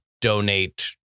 donate